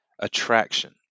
Attraction